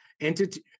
entity